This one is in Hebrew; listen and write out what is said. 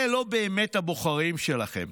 אלה לא באמת הבוחרים שלכם.